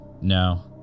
No